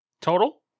Total